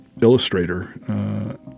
illustrator